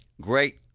great